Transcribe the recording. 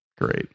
great